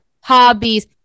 hobbies